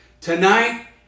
Tonight